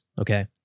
okay